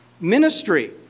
ministry